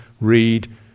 read